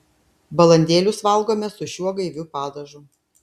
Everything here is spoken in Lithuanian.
balandėlius valgome su šiuo gaiviu padažu